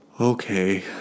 Okay